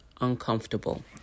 uncomfortable